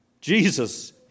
Jesus